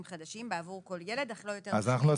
חדשים בעבור כל ילד אך לא יותר משני ילדים.